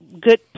good